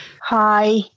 Hi